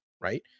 right